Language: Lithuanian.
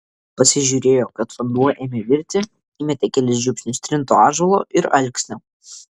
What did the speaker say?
pasižiūrėjo kad vanduo ėmė virti įmetė kelis žiupsnius trinto ąžuolo ir alksnio